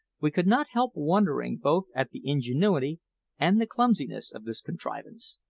we could not help wondering both at the ingenuity and the clumsiness of this contrivance.